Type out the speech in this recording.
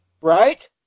Right